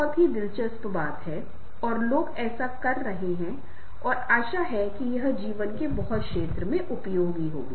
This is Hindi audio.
इन शब्दों के साथ मैं नेतृत्व और दूसरों को प्रेरित करने से संबंधित अपने विषय को समाप्त करना चाहता हूं